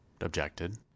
objected